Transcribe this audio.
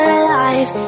alive